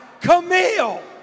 Camille